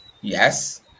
Yes